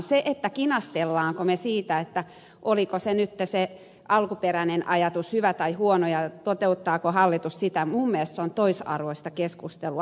se että kinastelemme siitä oliko nyt se alkuperäinen ajatus hyvä tai huono ja toteuttaako hallitus sitä on minun mielestäni toisarvoista keskustelua